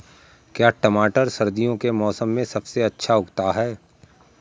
क्या टमाटर सर्दियों के मौसम में सबसे अच्छा उगता है?